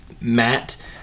Matt